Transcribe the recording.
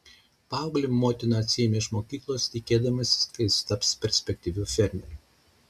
paauglį motina atsiėmė iš mokyklos tikėdamasi kad jis taps perspektyviu fermeriu